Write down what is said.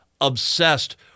obsessed